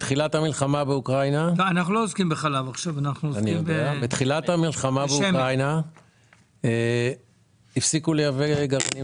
בתחילת המלחמה באוקראינה הפסיקו לייבא גרעינים